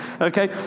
Okay